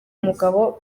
mugabo